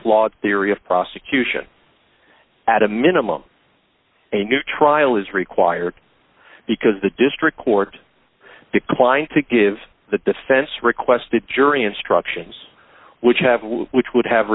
flawed theory of prosecution at a minimum a new trial is required because the district court declined to give the defense requested jury instructions which have which would have